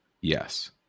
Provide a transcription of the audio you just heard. Yes